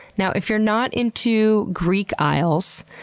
now, if you're not into greek isles,